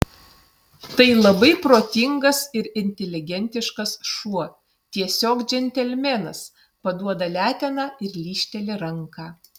tai labai protingas ir inteligentiškas šuo tiesiog džentelmenas paduoda leteną ir lyžteli ranką